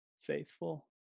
faithful